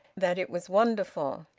that it was wonderful.